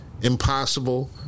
impossible